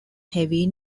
heavy